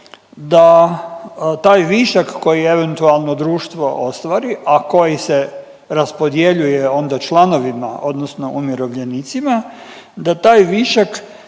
da taj višak koji eventualno društvo ostvari, a koji se raspodjeljuje onda članovima odnosno umirovljenicima da taj višak